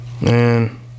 Man